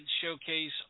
showcase